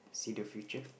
see the future